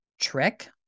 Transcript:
trick